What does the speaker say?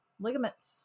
ligaments